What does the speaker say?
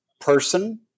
person